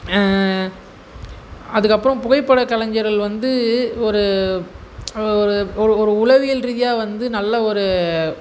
அதுக்கப்புறம் புகைப்படக் கலைஞர்கள் வந்து ஒரு ஒரு ஒரு ஒரு உளவியல் ரீதியாக வந்து நல்ல ஒரு